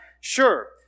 sure